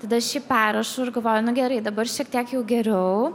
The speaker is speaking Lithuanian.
tada aš jį perrašau ir galvoju nu gerai dabar šiek tiek jau geriau